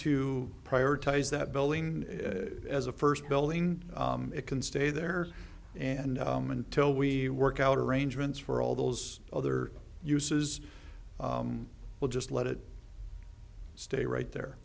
to prioritise that building as a first building it can stay there and until we work out arrangements for all those other uses we'll just let it stay right there